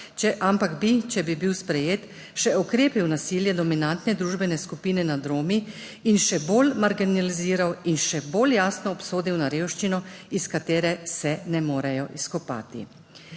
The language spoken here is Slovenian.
ampak bi, če bi bil sprejet, še okrepil nasilje dominantne družbene skupine nad Romi in jih še bolj marginaliziral in še bolj jasno obsodil na revščino, iz katere se ne morejo izkopati.